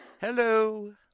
hello